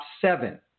seven